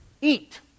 eat